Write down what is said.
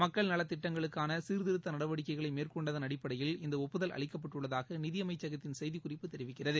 மக்கள் நலத்திட்டங்களுக்கானசீர்திருத்தநடவடிக்கைகளைமேற்கொண்டதன் அடிப்படையில் இந்தஒப்புதல் அளிக்கப்பட்டுள்ளதாகநிதிஅமைச்சகத்தின் செய்திக்குறிப்பு தெரிவிக்கிறது